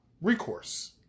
recourse